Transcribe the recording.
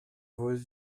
vos